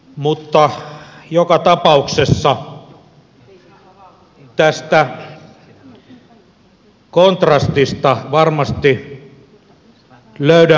mutta joka tapauksessa tästä kontrastista varmasti löydämme ytimen